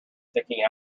sticking